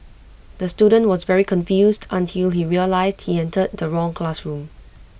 the student was very confused until he realised he entered the wrong classroom